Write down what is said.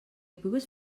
pugues